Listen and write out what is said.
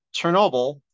Chernobyl